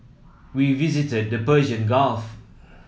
we visited the Persian Gulf